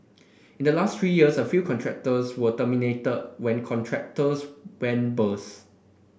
in the last three years a few contracts were terminated when contractors went bust